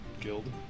guild